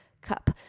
cup